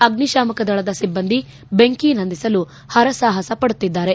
ಅಗ್ನಿಶಾಮಕ ದಳದ ಸಿಬ್ಲಂದಿ ಬೆಂಕಿ ನಂದಿಸಲು ಹರಸಾಹಸ ಪಡುತ್ತಿದ್ದಾರೆ